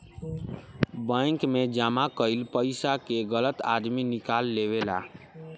bank मे जमा कईल पइसा के गलत आदमी निकाल लेवेला